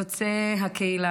יוצא הקהילה,